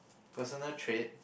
personal trait